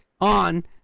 on